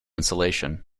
insulation